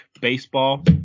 baseball